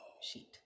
sheet